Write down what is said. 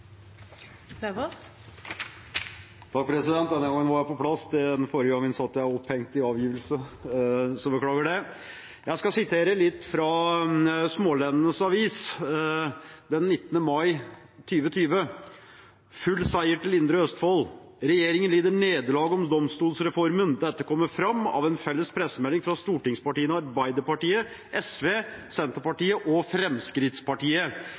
Jeg skal sitere lite grann fra Smaalenenes Avis den 19. mai 2020, der det står om «full seier til Indre Østfold». Videre kan man lese: «Regjeringen lider nederlag om domstolsreformen. Dette kommer fram av en felles pressemelding fra stortingspartiene Arbeiderpartiet, SV, Senterpartiet og Fremskrittspartiet.